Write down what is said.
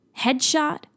Headshot